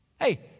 Hey